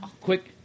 Quick